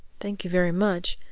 thank you very much.